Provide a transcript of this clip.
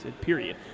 period